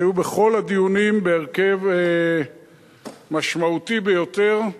שהיו בכל הדיונים בהרכב משמעותי ביותר.